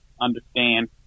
understand